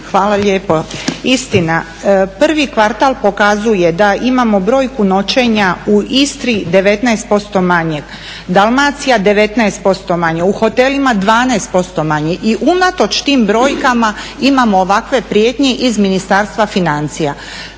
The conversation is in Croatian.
Hvala lijepo. Istina prvi kvartal pokazuje da imamo brojku noćenja u Istri 19% manje, Dalmacija 19% manje, u hotelima 12% manje i unatoč tim brojkama imamo ovakve prijetnje iz Ministarstva financija.